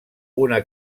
una